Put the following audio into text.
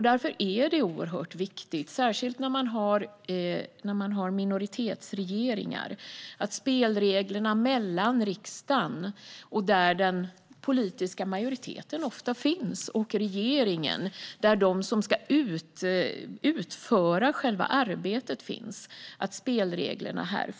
Därför är det oerhört viktigt - särskilt när man har en minoritetsregering - att spelreglerna fungerar väl mellan riksdagen, där den politiska majoriteten ofta finns, och regeringen, där de som ska utföra själva arbetet finns.